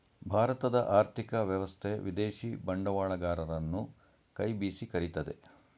ಭಾರತದ ಆರ್ಥಿಕ ವ್ಯವಸ್ಥೆ ವಿದೇಶಿ ಬಂಡವಾಳಗರರನ್ನು ಕೈ ಬೀಸಿ ಕರಿತಿದೆ